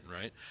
right